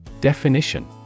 Definition